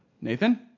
Nathan